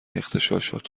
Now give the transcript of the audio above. اغتشاشات